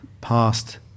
past